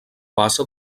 base